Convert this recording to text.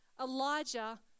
Elijah